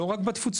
לא רק בתפוצות,